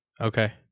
Okay